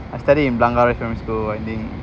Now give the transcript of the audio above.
I study in blangah rise primary school I think